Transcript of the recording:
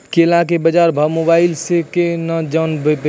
केला के बाजार भाव मोबाइल से के ना जान ब?